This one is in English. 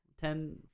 Ten